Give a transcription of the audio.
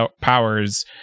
powers